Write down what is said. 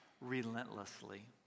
relentlessly